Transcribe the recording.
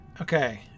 Okay